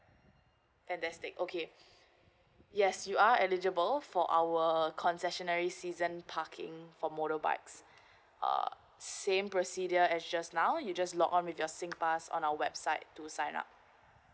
fantastic okay yes you are eligible for our concessionary season parking for motorbikes err same procedure as just now you just log on with your singpass on our website to sign up